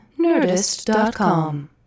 nerdist.com